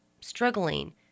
struggling